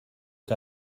que